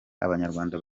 abanyarwanda